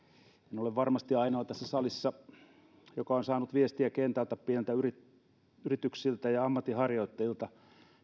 en ole varmasti tässä salissa ainoa joka on saanut viestejä kentältä pieniltä yrityksiltä ja ammatinharjoittajilta